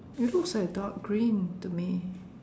it looks like dark green to me